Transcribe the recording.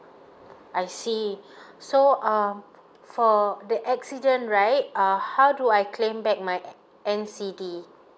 I see so um for the accident right uh how do I claim back my N_C_D